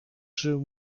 żył